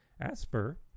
asper